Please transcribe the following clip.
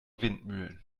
windmühlen